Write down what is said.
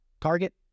Target